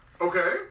Okay